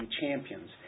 champions